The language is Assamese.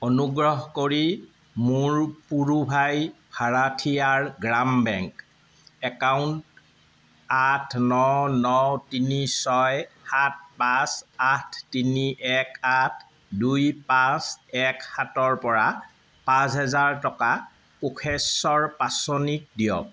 অনুগ্ৰহ কৰি মোৰ পুৰুভাই ভাৰাঠিয়াৰ গ্রাম বেংক একাউণ্ট আঠ ন ন তিনি ছয় সাত পাঁচ আঠ তিনি এক আঠ দুই পাঁচ এক সাতৰ পৰা পাঁচ হেজাৰ টকা কোষেশ্বৰ পাচনিক দিয়ক